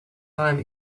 time